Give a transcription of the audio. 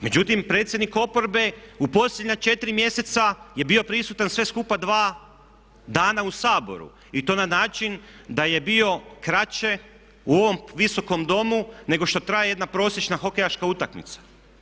Međutim, predsjednik oporbe u posljednja 4 mjeseca je bio prisutan sve skupa 2 dana u Saboru i to na način da je bio kraće u ovom Visokom domu nego što traje jedna prosječna hokejaška utakmica.